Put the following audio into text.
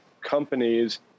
companies